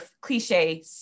cliche